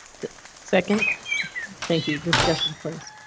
second thank you discussion please.